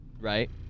right